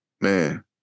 Man